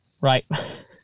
Right